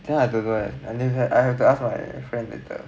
that I don't know eh I have to ask my friend later